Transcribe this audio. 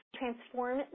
transform